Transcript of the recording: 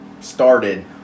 started